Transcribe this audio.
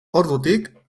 ordutik